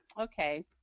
okay